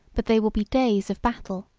but they will be days of battle